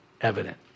evident